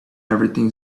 everything